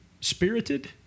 spirited